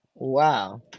Wow